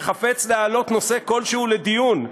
שחפץ להעלות נושא כלשהו לדיון,